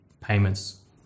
payments